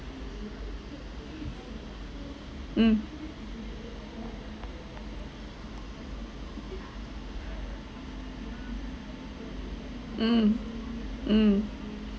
mm mm mm